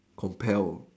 compel